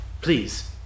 Please